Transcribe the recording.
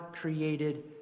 created